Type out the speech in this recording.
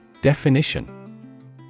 Definition